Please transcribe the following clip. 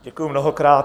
Děkuji mnohokrát.